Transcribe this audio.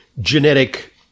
genetic